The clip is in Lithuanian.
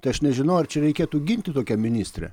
tai aš nežinau ar čia reikėtų ginti tokią ministrę